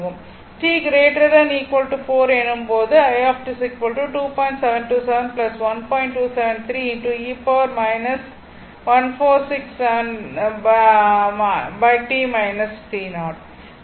t 4 எனும் போது i ampere